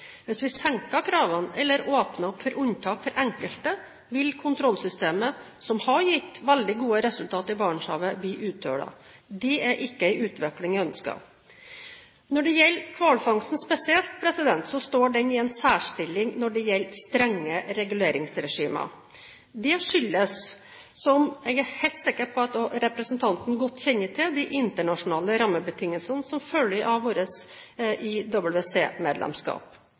Hvis vi senker kravene eller åpner opp for unntak for enkelte, vil kontrollsystemet, som har gitt veldig gode resultater i Barentshavet, bli uthulet. Det er ikke en utvikling jeg ønsker. Når det gjelder hvalfangsten spesielt, står den i en særstilling når det gjelder strenge reguleringsregimer. Dette skyldes – som jeg er helt sikker på at også representanten godt kjenner til – de internasjonale rammebetingelsene som følger av